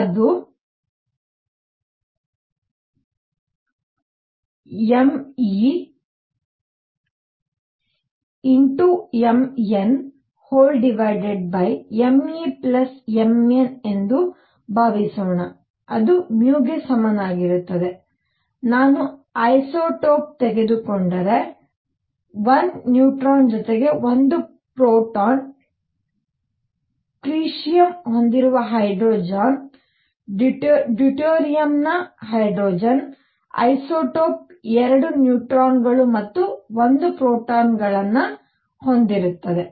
ಅದು m e M n Mn m e ಎಂದು ಭಾವಿಸೋಣ ನಾನು ಐಸೊಟೋಪ್ ತೆಗೆದುಕೊಂಡರೆ 1 ನ್ಯೂಟ್ರಾನ್ ಜೊತೆಗೆ 1 ಪ್ರೋಟಾನ್ ಡ್ಯೂಟೇರಿಯಂನ ಹೈಡ್ರೋಜನ್ ಐಸೊಟೋಪ್ ಟ್ರಿಟಿಯಮ್ ಹೊಂದಿರುವ ಹೈಡ್ರೋಜನ್ 2 ನ್ಯೂಟ್ರಾನ್ಗಳು ಮತ್ತು 1 ಪ್ರೋಟಾನ್ಗಳನ್ನು ಹೊಂದಿರುತ್ತದೆ